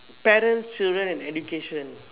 parents children and education